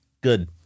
Good